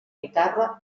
guitarra